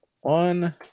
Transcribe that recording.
one